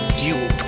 duel